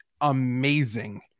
amazing